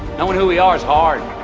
knowing who we are is hard